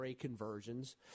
Conversions